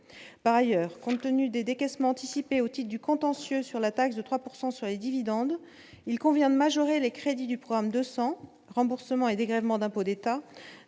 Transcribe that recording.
par ailleurs, compte tenu des décaissements otite du contentieux sur la taxe de 3 pourcent sur les dividendes, il convient de majorer les crédits du programme 200 remboursements et dégrèvements d'impôts d'État